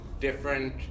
different